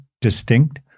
distinct